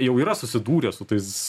jau yra susidūręs su tais